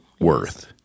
worth